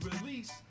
release